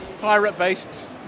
pirate-based